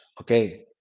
Okay